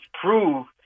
prove –